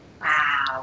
Wow